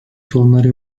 sorunlara